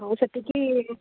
ହେଉ ସେତିକି